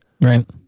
right